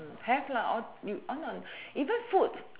have all you why not even food